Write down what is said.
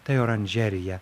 tai oranžerija